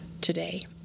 today